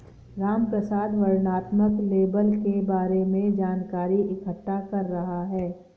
रामप्रसाद वर्णनात्मक लेबल के बारे में जानकारी इकट्ठा कर रहा है